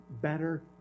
better